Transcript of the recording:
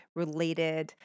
related